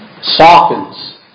softens